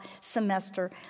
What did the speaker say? semester